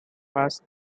fast